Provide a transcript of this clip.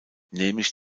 nämlich